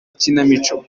ikinamico